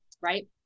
right